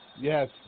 Yes